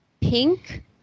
pink